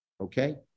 Okay